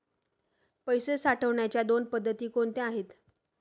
पैसे पाठवण्याच्या दोन पद्धती कोणत्या आहेत?